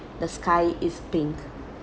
the sky is pink